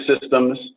systems